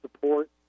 support